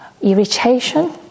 irritation